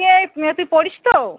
এই এ তুই পড়িস তো